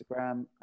Instagram